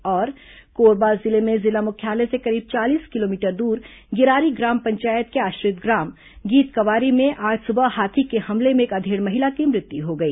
और कोरबा जिले में जिला मुख्यालय से करीब चालीस किलोमीटर दूर गिरारी ग्राम पंचायत के आश्रित ग्राम गीतकुंवारी में आज सुबह हाथी के हमले में एक अधेड़ महिला की मृत्यु हो गई